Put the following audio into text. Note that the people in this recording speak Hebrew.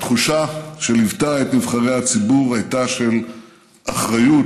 התחושה שליוותה את נבחרי הציבור הייתה של אחריות,